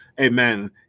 Amen